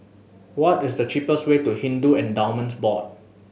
what is the cheapest way to Hindu Endowments Board